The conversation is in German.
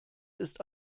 ist